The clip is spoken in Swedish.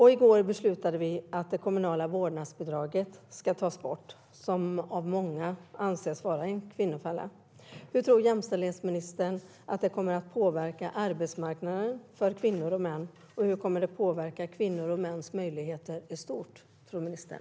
I går beslutade vi att det kommunala vårdnadsbidraget, som av många anses vara en kvinnofälla, ska tas bort. Hur tror jämställdhetsministern att det kommer att påverka arbetsmarknaden för kvinnor och män, och hur kommer det att påverka kvinnors och mäns möjligheter i stort, tror ministern?